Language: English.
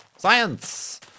Science